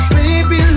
Baby